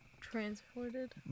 Transported